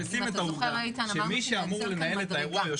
אם אתה זוכר איתן, אמרנו שחסר כאן מדרגה.